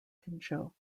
pinchot